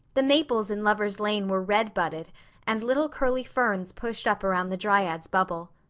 the maples in lover's lane were red budded and little curly ferns pushed up around the dryad's bubble.